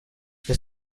this